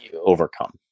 overcome